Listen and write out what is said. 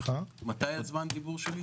מתי זמן הדיבור שלי?